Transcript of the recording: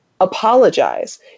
Apologize